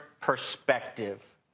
perspective